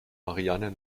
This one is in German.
marianne